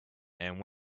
and